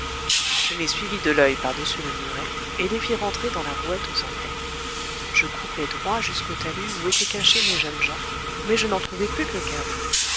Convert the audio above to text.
je les suivis de l'oeil par-dessus le muret et les vis rentrer dans la rouette aux anglais je coupai droit jusqu'au talus où étaient cachés mes jeunes gens mais je n'en trouvai plus que quatre